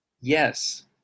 Yes